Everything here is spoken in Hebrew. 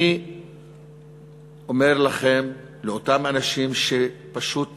אני אומר לכם, לאותם אנשים שפשוט